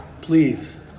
Please